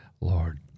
Lord